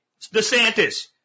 DeSantis